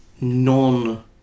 non